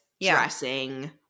dressing